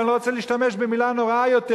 ואני לא רוצה להשתמש במלה נוראה יותר.